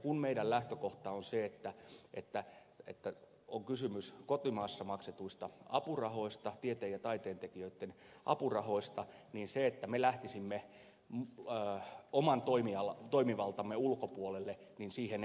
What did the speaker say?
kun meidän lähtökohtamme on se että on kysymys kotimaassa maksetuista apurahoista tieteen ja taiteen tekijöitten apurahoista niin siihen että me lähtisimme oman toimivaltamme ulkopuolelle